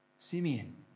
Simeon